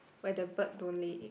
where the bird don't lay egg